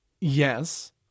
Yes